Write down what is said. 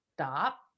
stop